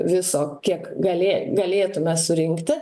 viso kiek galė galėtume surinkti